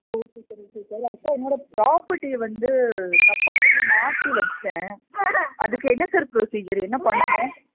okay sir okay sir ஆக்ஸுவலாக என்னோடய ப்ராப்பர்ட்டியை வந்து தப்பாக எடுத்து மாற்றி வச்சுட்டேன் அதுக்கு என்ன சார் ஃபுரொஸீஜர் என்ன பண்ணணும்